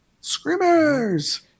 Screamers